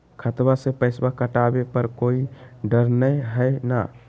खतबा से पैसबा कटाबे पर कोइ डर नय हय ना?